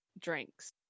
drinks